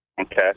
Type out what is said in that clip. Okay